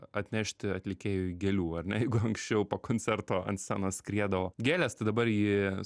atnešti atlikėjui gėlių ar ne jeigu anksčiau po koncerto ant scenos skriedavo gėlės tai dabar ji